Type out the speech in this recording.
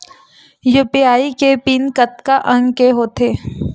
UPI के PIN कतका अंक के होथे?